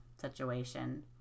situation